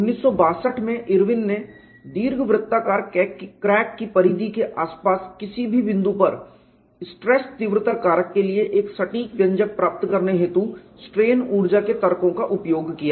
1962 में इरविन ने दीर्घवृत्ताकार क्रैक की परिधि के आसपास किसी भी बिंदु पर स्ट्रेस तीव्रता कारक के लिए एक सटीक व्यंजक प्राप्त करने हेतु स्ट्रेन ऊर्जा के तर्कों का उपयोग किया